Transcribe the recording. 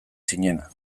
zinena